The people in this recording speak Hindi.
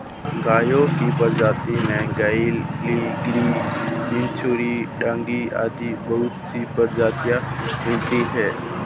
गायों की प्रजाति में गयवाल, गिर, बिच्चौर, डांगी आदि बहुत सी प्रजातियां मिलती है